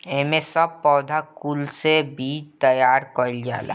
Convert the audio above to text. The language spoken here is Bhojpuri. एमे सब पौधा कुल से बीज तैयार कइल जाला